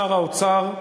שר האוצר,